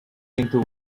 into